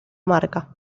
marca